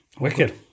wicked